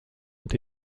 ont